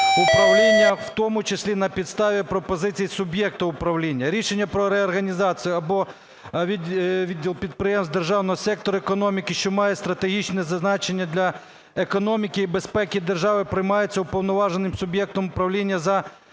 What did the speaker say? управління в тому числі на підставі пропозицій суб'єкта управління. Рішення про реорганізацію або виділ підприємств державного сектору економіки, що мають стратегічне значення для економіки і безпеки держави, приймається уповноваженим суб'єктом управління за погодженням